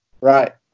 Right